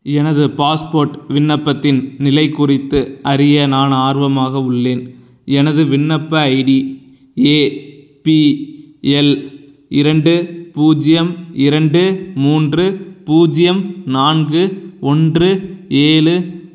எனது பாஸ்போர்ட் விண்ணப்பத்தின் நிலை குறித்து அறிய நான் ஆர்வமாக உள்ளேன் எனது விண்ணப்ப ஐடி ஏபிஎல் இரண்டு பூஜ்ஜியம் இரண்டு மூன்று பூஜ்ஜியம் நான்கு ஒன்று ஏழு